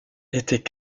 était